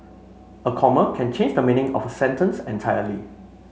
a comma can change the meaning of a sentence entirely